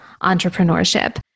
entrepreneurship